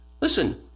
Listen